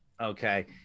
Okay